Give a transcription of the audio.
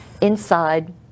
inside